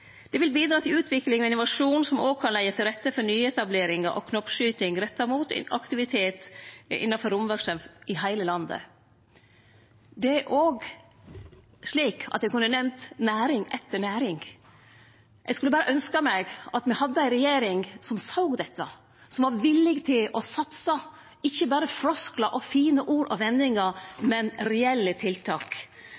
Det vil bidra til utvikling og innovasjon som òg kan leggje til rette for nyetableringar og knoppskyting retta mot aktivitet innanfor romverksemd i heile landet. Eg kunne nemnt næring etter næring. Eg skulle berre ynskje at me hadde ei regjering som såg dette, og som var villig til å satse, og ikkje berre kom med flosklar og fine ord og vendingar,